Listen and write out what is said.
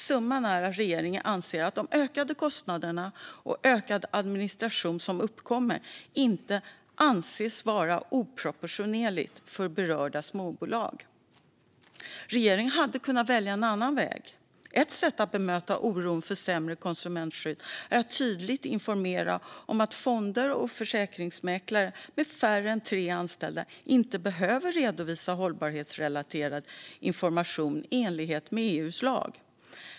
Summan är att regeringen anser att de ökade kostnaderna och ökad administration som uppkommer inte anses vara oproportionerlig för berörda småbolag. Regeringen hade kunnat välja en annan väg. Ett sätt att bemöta oron för sämre konsumentskydd är att tydligt informera om att fonder och försäkringsmäklare med färre än tre anställda inte behöver redovisa hållbarhetsrelaterad information i enlighet med EU:s lag.